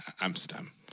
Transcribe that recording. Amsterdam